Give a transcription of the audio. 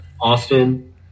Austin